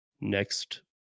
next